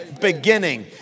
beginning